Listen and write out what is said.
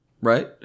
right